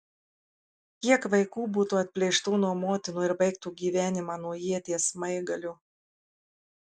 kiek vaikų būtų atplėštų nuo motinų ir baigtų gyvenimą nuo ieties smaigalio